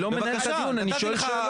אני לא מנהל את הדיון, אני שואל שאלות.